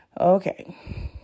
okay